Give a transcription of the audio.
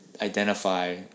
identify